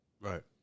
Right